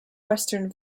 western